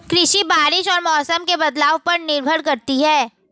कृषि बारिश और मौसम के बदलाव पर निर्भर करती है